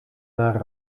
naar